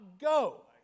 go